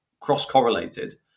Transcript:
cross-correlated